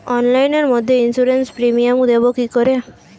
অনলাইনে মধ্যে insurance premium দেবো কি করে?